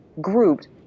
grouped